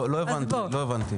לא הבנתי, לא הבנתי את ההשוואה.